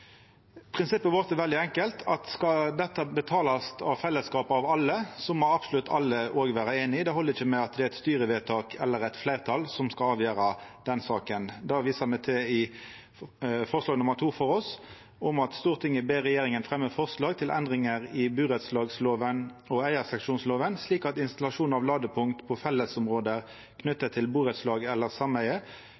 Prinsippet vårt er veldig enkelt: Skal dette betalast i fellesskap av alle, må absolutt alle òg vera einige. Det held ikkje at eit styrevedtak eller eit fleirtal avgjer saka. Det viser me til i forslag nr. 3 frå oss: «Stortinget ber regjeringen fremme forslag til endringer i burettslagslova og eierseksjonsloven slik at installasjon av ladepunkter på